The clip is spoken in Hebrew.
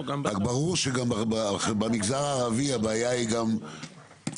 אבל ברור שבמגזר הערבי הבעיה היא פחותה,